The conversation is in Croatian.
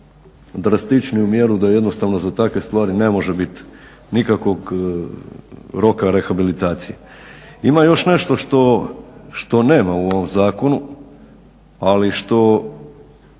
najdrastičniju mjeru da jednostavno za takve stvari ne može biti nikakvog roka rehabilitacije. Ima još nešto što nema u ovom zakonu, ali što